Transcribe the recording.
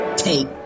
take